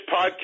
podcast